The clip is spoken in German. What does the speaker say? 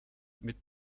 mit